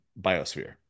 biosphere